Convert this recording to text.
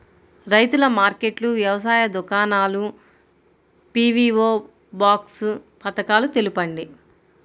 రైతుల మార్కెట్లు, వ్యవసాయ దుకాణాలు, పీ.వీ.ఓ బాక్స్ పథకాలు తెలుపండి?